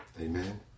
Amen